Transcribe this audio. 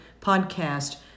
podcast